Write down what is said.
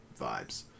vibes